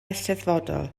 eisteddfodol